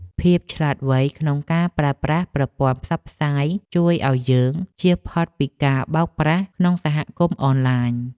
ភាពឆ្លាតវៃក្នុងការប្រើប្រាស់ប្រព័ន្ធផ្សព្វផ្សាយជួយឱ្យយើងជៀសផុតពីការបោកប្រាស់ក្នុងសហគមន៍អនឡាញ។